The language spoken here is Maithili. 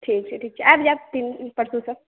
ठीक छै ठीक छै आबि जायब तीन परसु सँ